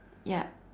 yup